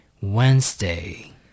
Wednesday